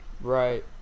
Right